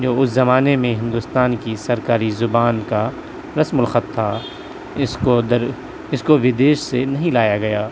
جو اس زمانے میں ہندوستان کی سرکاری زبان کا رسم الخط تھا اس کو دل اس کو ودیش سے نہیں لایا گیا